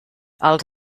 els